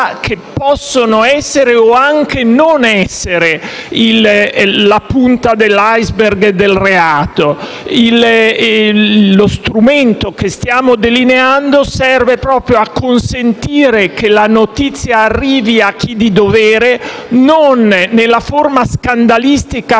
che possano essere o anche non essere la punta dell'*iceberg* del reato. Lo strumento che stiamo delineando serve proprio a consentire che la notizia arrivi a chi di dovere; e non nella forma scandalistica